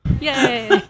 Yay